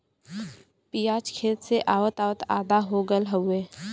पियाज खेत से आवत आवत आधा हो गयल हउवे